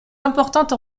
importante